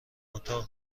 اتاق